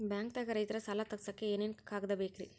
ಬ್ಯಾಂಕ್ದಾಗ ರೈತರ ಸಾಲ ತಗ್ಸಕ್ಕೆ ಏನೇನ್ ಕಾಗ್ದ ಬೇಕ್ರಿ?